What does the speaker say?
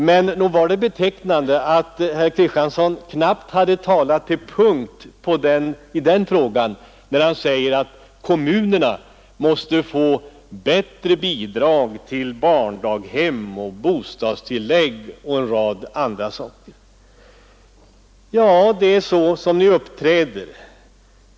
Men nog var det betecknande att herr Kristiansson knappt hade talat till punkt i den frågan förrän han sade att kommunerna måste få bättre bidrag till barndaghem och bostadstillägg och en rad andra saker. Ja, det är så ni uppträder.